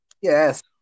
Yes